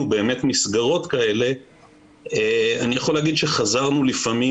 מסגרות כאלה אני יכול להגיד שחזרנו לפעמים,